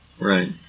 Right